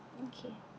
okay